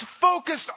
focused